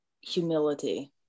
humility